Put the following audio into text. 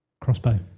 crossbow